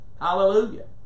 Hallelujah